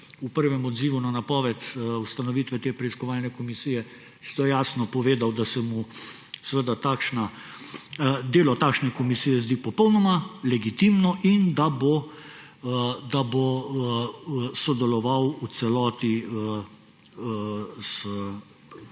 v prvem odzivu na napoved ustanovitve te preiskovalne komisije zelo jasno povedal, da se mu delo takšne komisije zdi popolnoma legitimno in da bo sodeloval v celoti v